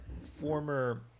former